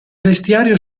vestiario